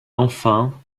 enfin